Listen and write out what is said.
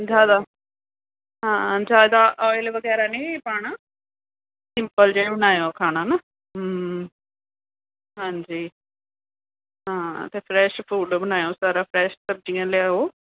ਜ਼ਿਆਦਾ ਹਾਂ ਜ਼ਿਆਦਾ ਓਇਲ ਵਗੈਰਾ ਨਹੀਂ ਪਾਉਣਾ ਸਿੰਪਲ ਜਿਹਾ ਬਣਾਇਓ ਖਾਣਾ ਨਾ ਹਾਂਜੀ ਹਾਂ ਅਤੇ ਫਰੈਸ਼ ਫੂਡ ਬਣਾਇਓ ਸਾਰਾ ਫਰੈਸ਼ ਸਬਜ਼ੀਆਂ ਲਿਆਇਓ